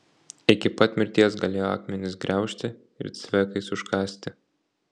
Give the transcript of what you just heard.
iki pat mirties galėjo akmenis griaužti ir cvekais užkąsti